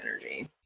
energy